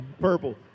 Purple